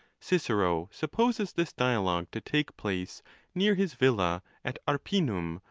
cicero supposes this dialogue to take place near his villa at, arpinum,